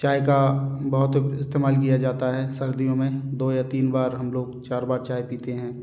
चाय का बहुत इस्तेमाल किया जाता है सर्दियों में दो या तीन बार हम लोग चार बार चाय पीते हैं